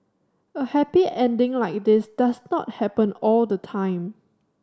a happy ending like this does not happen all the time